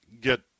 get